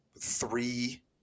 three